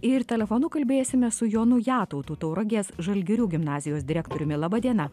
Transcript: ir telefonu kalbėsimės su jonu jatautu tauragės žalgirių gimnazijos direktoriumi laba diena